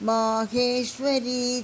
Maheshwari